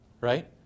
right